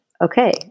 okay